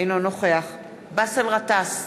אינו נוכח באסל גטאס,